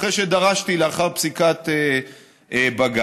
אחרי שדרשתי לאחר פסיקת בג"ץ.